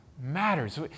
matters